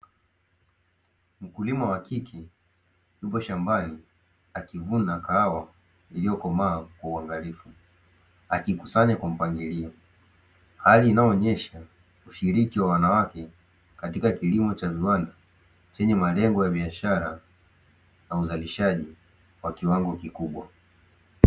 Mkulima wa kike huko shambani akivuna kahawa iliyokomaa kwa uangalifu, akikusanya kwa mpangilio hali inayoonesha ushiriki wa wanawake katika kilimo cha viwanda chenye malengo ya biashara na uzalishaji kwa kiwango kikubwa.